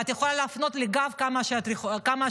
ואת יכולה להפנות לי את הגב כמה שאת רוצה,